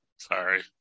Sorry